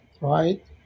Right